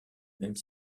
même